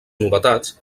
novetats